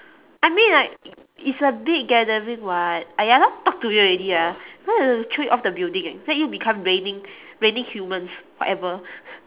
I mean like it's a big gathering [what] !aiya! don't want talk to you already lah want to throw you off the building eh let you become raining raining humans whatever